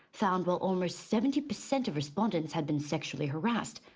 found while almost seventy percent of respondents had been sexually harassed,